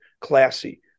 classy